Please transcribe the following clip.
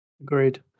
Agreed